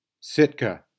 sitka